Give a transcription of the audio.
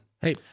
Hey